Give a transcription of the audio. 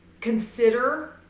consider